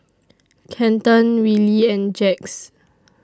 Kenton Willie and Jax